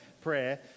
prayer